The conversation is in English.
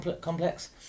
complex